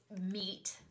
meat